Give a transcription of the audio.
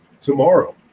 tomorrow